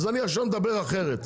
אז אני עכשיו מדבר אחרת.